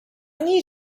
need